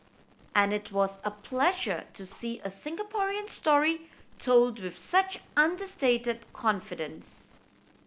and it was a pleasure to see a Singaporean story told with such understated confidence